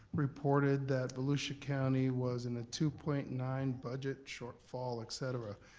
reported that volusia county was in a two point nine budget shortfall, et cetera.